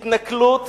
התנכלות,